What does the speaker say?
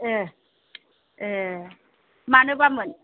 ए ए मानोबामोन